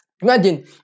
Imagine